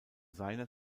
seiner